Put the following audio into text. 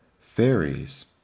Fairies